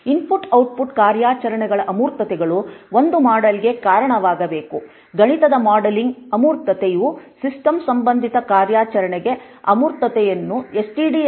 input output ಕಾರ್ಯಾಚರಣೆಗಳ ಅಮೂರ್ತತೆಗಳು ಒಂದು ಮಾಡ್ಯೂಲ್ಗೆ ಕಾರಣವಾಗಬೇಕು ಗಣಿತದ ಮಾಡೆಲಿಂಗ್ನ ಅಮೂರ್ತತೆಯು ಸಿಸ್ಟಮ್ ಸಂಬಂಧಿತ ಕಾರ್ಯಾಚರಣೆಗಳ ಅಮೂರ್ತತೆಯನ್ನು stdlib